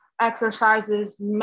exercises